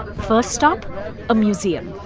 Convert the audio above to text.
first stop a museum,